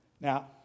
Now